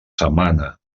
setmana